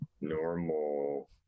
normal